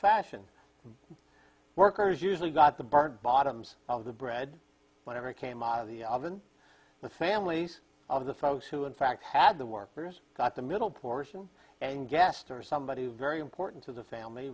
fashion workers usually got the burnt bottoms of the bread whenever it came out of the oven the families of the folks who in fact had the workers got the middle portion and guest or somebody very important to the family